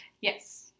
Yes